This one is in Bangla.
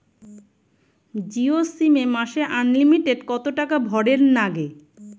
জিও সিম এ মাসে আনলিমিটেড কত টাকা ভরের নাগে?